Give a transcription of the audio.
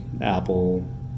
apple